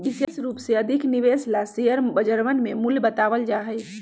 विशेष रूप से अधिक निवेश ला शेयर बजरवन में मूल्य बतावल जा हई